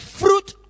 fruit